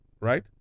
right